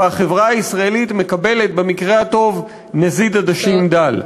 והחברה הישראלית מקבלת במקרה הטוב נזיד עדשים דל.